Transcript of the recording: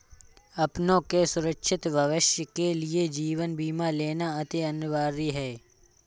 अपनों के सुरक्षित भविष्य के लिए जीवन बीमा लेना अति अनिवार्य है